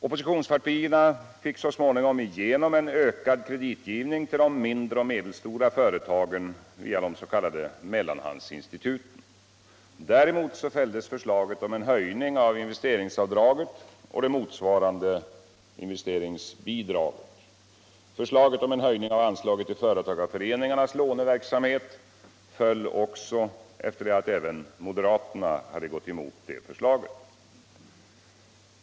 Oppositionspartierna fick så småningom igenom en utökad kreditgivning till de mindre och medelstora företagen via de s.k. mellanhandsinstituten. Däremot fälldes förslaget om en höjning av investeringsavdraget och det motsvarande bidraget. Förslaget om en höjning av anslaget till företagareföreningarnas låneverksamhet föll också efter det att även moderaterna gått emot det.